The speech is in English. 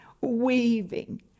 weaving